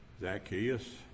Zacchaeus